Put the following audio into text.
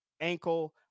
ankle